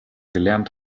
gelernt